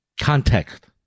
Context